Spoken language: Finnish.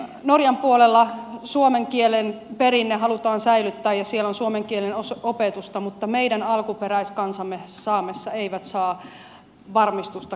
norjan puolella suomen kielen perinne halutaan säilyttää ja siellä on suomen kielen opetusta mutta meidän alkuperäiskansamme saamessa eivät saa varmistusta kielipesilleen